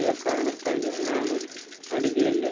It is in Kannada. ಇದೇ ಕಾರಣಕ್ಕಾಗಿ ನಾನು ಅಡುಗೆಯಲ್ಲಿ